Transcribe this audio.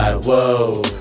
Whoa